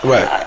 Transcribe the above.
Right